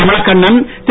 Kamalakannan Thiru